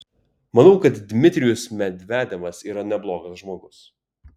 manau kad dmitrijus medvedevas yra neblogas žmogus